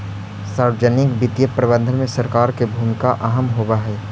सार्वजनिक वित्तीय प्रबंधन में सरकार के भूमिका अहम होवऽ हइ